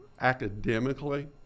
academically